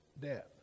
death